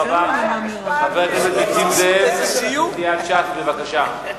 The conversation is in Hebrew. חבר הכנסת נסים זאב מסיעת ש"ס, בבקשה.